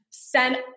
Send